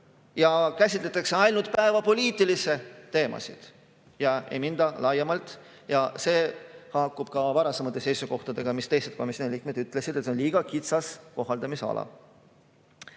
ja käsitletakse ainult päevapoliitilisi teemasid ega minda edasi laiemalt. See haakub ka varasemate seisukohtadega, mis teised komisjoni liikmed ütlesid, et see on liiga kitsas kohaldamisala.